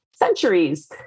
centuries